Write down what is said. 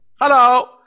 Hello